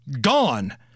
gone